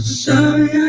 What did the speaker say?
sorry